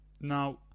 Now